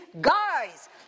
guys